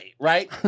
right